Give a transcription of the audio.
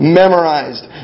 memorized